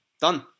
Done